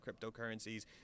cryptocurrencies